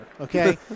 okay